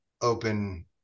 open